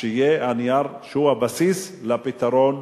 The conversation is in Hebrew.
שיהיה הנייר שהוא הבסיס לפתרון